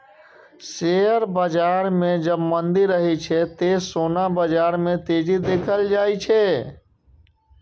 share बाजार मे जब मंदी रहै छै, ते सोना बाजार मे तेजी देखल जाए छै